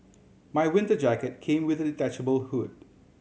my winter jacket came with a detachable hood